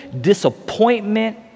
disappointment